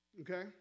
Okay